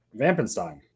Vampenstein